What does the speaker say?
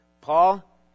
Paul